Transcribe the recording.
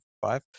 five